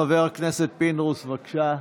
חבר הכנסת פינדרוס, בבקשה.